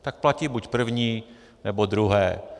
Tak platí buď první, nebo druhé.